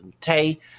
Tay